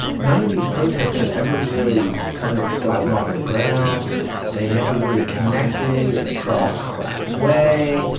none of these protests had ever really kind of gotten off the ground they never really connected in a cross-class way.